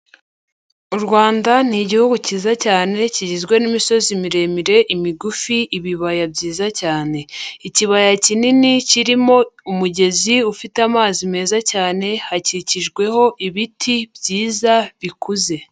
U Rwanda ni Igihugu kiza cyane kigizwe n'imisozi miremire, imigufi, ibibaya byiza cyane. Ikibaya kinini kirimo umugezi ufite amazi meza cyane, hakikijweho ibiti byiza bikuze.